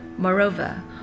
Moreover